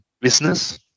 business